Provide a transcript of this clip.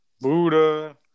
Buddha